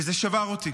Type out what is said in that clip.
וזה שבר אותי.